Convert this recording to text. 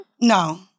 No